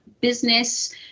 business